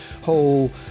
whole